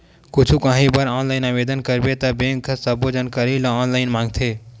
कुछु काही बर ऑनलाईन आवेदन करबे त बेंक ह सब्बो जानकारी ल ऑनलाईन मांगथे